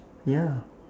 ya